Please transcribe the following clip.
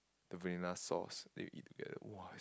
the vanilla sauce then you eat together !wah!